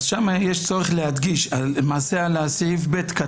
למעשה בית המשפט